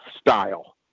style